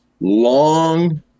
long